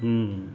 हूँ